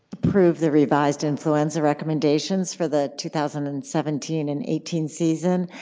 approved the revised influenza recommendations for the two thousand and seventeen and eighteen season,